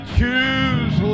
choose